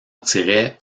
tirait